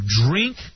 drink